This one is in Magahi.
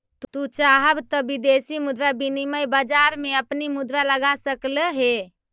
तू चाहव त विदेशी मुद्रा विनिमय बाजार में अपनी मुद्रा लगा सकलअ हे